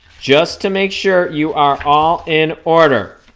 just to make sure you are all in order